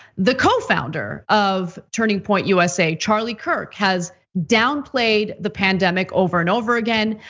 the co-founder of turning point usa, charlie kirk has downplayed the pandemic over and over again.